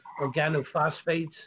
organophosphates